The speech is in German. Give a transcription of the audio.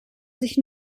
sich